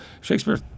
Shakespeare